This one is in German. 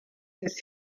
des